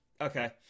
Okay